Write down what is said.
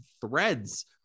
threads